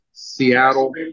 Seattle